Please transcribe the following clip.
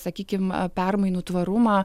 sakykim permainų tvarumą